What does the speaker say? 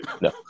no